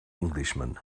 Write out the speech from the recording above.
englishman